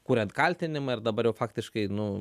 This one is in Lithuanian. kuriant kaltinimą ir dabar jau faktiškai nu